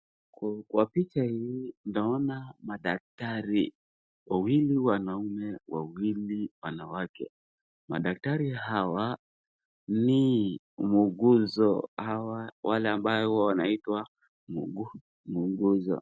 Kwa picha hii naona madaktari wawili wanaume wawili na wanawake madaktari hawa ni muuguzo wale ambao wanaitwa muuguzo.